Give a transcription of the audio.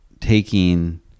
taking